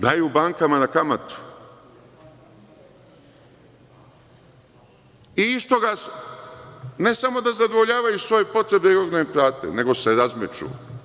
Daju bankama na kamatu i ne samo da zadovoljavaju svoje potrebe, nego se razmeću.